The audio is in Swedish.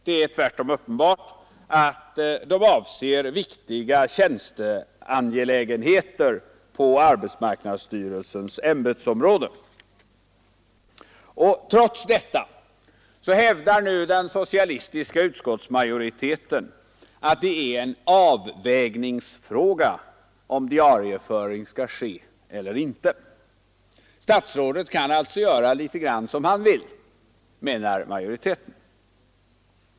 Det är tvärtom uppenbart att de gäller viktiga tjänsteangelägenheter på arbetsmarknadsstyrelsens ämbetsområde. Trots detta gör nu den socialistiska utskottsmajoriteten gällande att det är en avvägningsfråga om diarieföring skall ske eller inte. Statsrådet kan alltså göra litet grand som han vill, menar majoriteten.